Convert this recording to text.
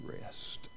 rest